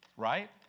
right